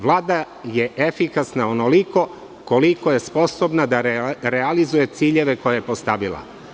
Vlada je efikasna onoliko koliko je sposobna da realizuje ciljeve koje je postavila.